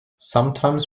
sometimes